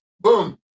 boom